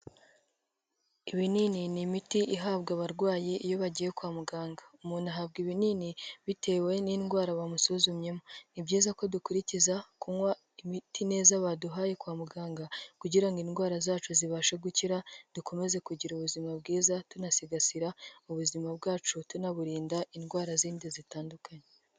Ibinini ni imiti ihabwa abarwayi iyo bagiye kwa muganga, umuntu ahabwa ibinini bitewe n'indwara bamusuzumyemo, ni byiza ko dukurikiza kunywa imiti neza baduhaye kwa muganga kugira ngo indwara zacu zibashe gukira dukomeze kugira ubuzima bwiza, tunasigasira ubuzima bwacu tunaburinda indwara zindi zitandukanye.